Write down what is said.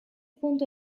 puntu